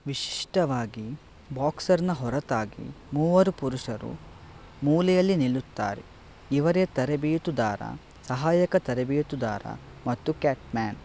ವಿಶಿಷ್ಟವಾಗಿ ಬಾಕ್ಸರ್ನ ಹೊರತಾಗಿ ಮೂವರು ಪುರುಷರು ಮೂಲೆಯಲ್ಲಿ ನಿಲ್ಲುತ್ತಾರೆ ಇವರೆ ತರಬೇತುದಾರ ಸಹಾಯಕ ತರಬೇತುದಾರ ಮತ್ತು ಕ್ಯಟ್ಮ್ಯಾನ್